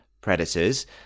predators